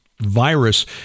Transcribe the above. virus